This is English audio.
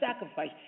sacrifice